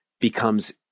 becomes